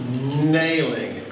nailing